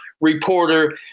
reporter